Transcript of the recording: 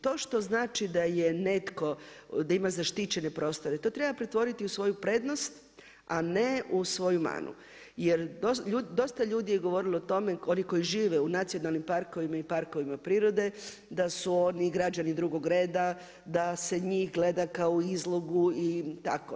To što znači da je netko, da ima zaštićene prostore, to treba pretvoriti u svoju prednost, a ne u svoju manu jer dosta ljudi je govorilo o tome, oni koji žive u nacionalnim parkovima i parkovima prirode da su oni građani drugog reda, da se njih gleda kao u izlogu i tako.